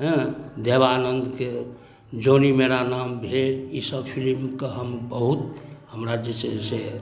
हेँ देवानन्दके जॉनी मेरा नाम भेल ईसब फिलिमके हम बहुत हमरा जे छै से